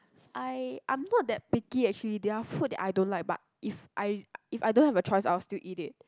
I I'm not that picky actually there are food that I don't like but if I if I don't have a choice I will still eat it